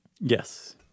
Yes